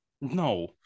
No